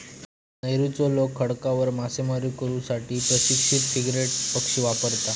नौरूचे लोक खडकांवर मासेमारी करू साठी प्रशिक्षित फ्रिगेट पक्षी वापरतत